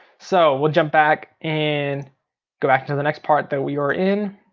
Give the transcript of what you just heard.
so we'll jump back and go back to the next part that we were in.